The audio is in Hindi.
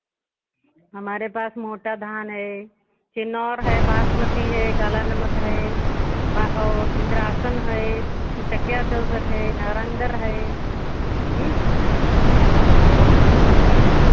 हमारे पास मोटा धान है चिन्नौर है बासमती है काला नमक है बा और इन्द्रासन है चकिया चौंसठ है नारन्दर है और